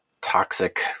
toxic